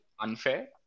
unfair